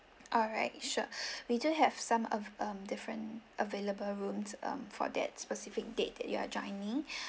alright sure we do have some of um different available rooms um for that specific date that you are joining